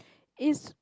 it's